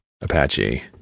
Apache